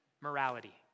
morality